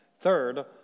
Third